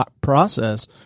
process